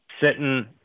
sitting